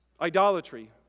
idolatry